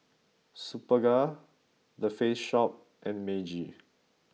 Superga the Face Shop and Meiji